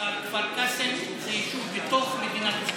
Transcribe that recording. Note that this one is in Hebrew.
לסגן השר: כפר קאסם זה יישוב בתוך מדינת ישראל.